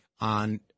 on